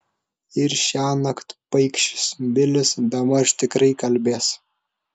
ir šiąnakt paikšis bilis bemaž tikrai kalbės